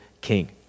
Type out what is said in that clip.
king